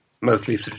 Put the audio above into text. mostly